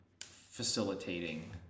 facilitating